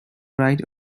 write